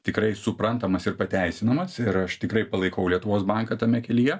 tikrai suprantamas ir pateisinamas ir aš tikrai palaikau lietuvos banką tame kelyje